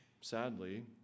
Sadly